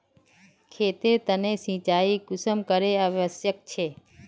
खेतेर तने सिंचाई कुंसम करे आवश्यक छै?